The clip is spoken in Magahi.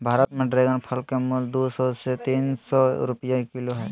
भारत में ड्रेगन फल के मूल्य दू सौ से तीन सौ रुपया किलो हइ